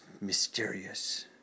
mysterious